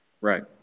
Right